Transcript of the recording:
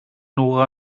nora